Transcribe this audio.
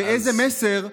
ואיזה מסר,